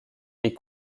est